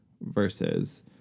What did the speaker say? versus